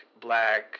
Black